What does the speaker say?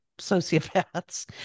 sociopaths